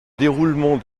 déroulement